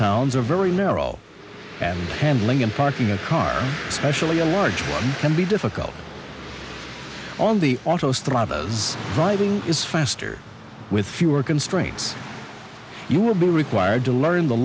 towns are very narrow and handling and parking a car actually a large one can be difficult on the autostrada driving is faster with fewer constraints you will be required to learn the